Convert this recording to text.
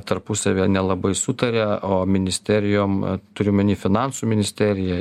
tarpusavyje nelabai sutaria o ministerijom turiu omeny finansų ministerija